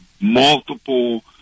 multiple